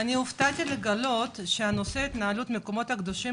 הופתעתי לגלות שהנושא של התנהלות המקומות הקדושים